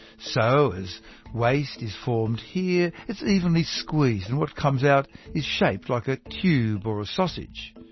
so, as waste is formed here it's evenly squeezed, and what comes out is shaped like a tube or ah sausage.